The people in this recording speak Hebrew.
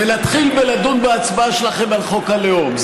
נתחיל בלדון בהצבעה שלכם על חוק הלאום,